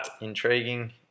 Intriguing